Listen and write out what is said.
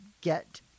get